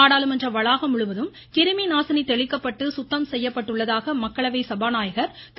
நாடாளுமன்ற வளாகம் முழுவதும் கிருமி நாசினி தெளிக்கப்பட்டு சுத்தம் செய்யப்பட்டுள்ளதாக மக்களவை சபா நாயகர் திரு